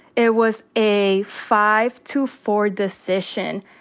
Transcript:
it was a five to four decision.